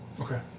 Okay